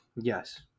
Yes